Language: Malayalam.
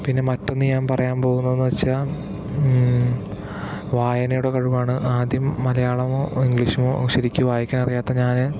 പിന്നെ മറ്റൊന്ന് ഞാൻ പറയാൻ പോകുന്നതെന്ന് വെച്ചാൽ വായനയുടെ കഴിവാണ് ആദ്യം മലയാളമോ ഇംഗ്ലീഷോ ശരിക്ക് വായിക്കാനറിയാത്ത ഞാൻ